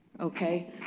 Okay